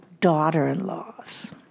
daughter-in-laws